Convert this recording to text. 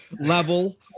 level